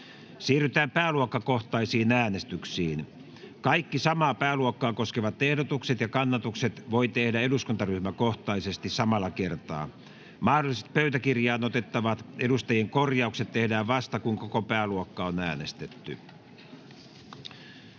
Siirrytään pääluokkakohtaisiin äänestyksiin. Kaikki samaa pääluokkaa koskevat ehdotukset ja kannatukset voi tehdä eduskuntaryhmäkohtaisesti samalla kertaa. Mahdolliset pöytäkirjaan otettavat edustajien korjaukset tehdään vasta kun koko pääluokka on äänestetty.